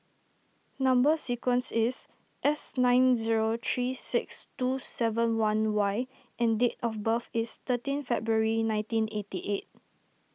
Number Sequence is S nine zero three six two seven one Y and date of birth is thirteen February nineteen eighty eight